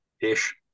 ish